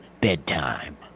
bedtime